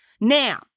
Now